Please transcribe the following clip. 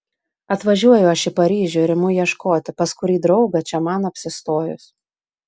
atvažiuoju aš į paryžių ir imu ieškoti pas kurį draugą čia man apsistojus